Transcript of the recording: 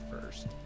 first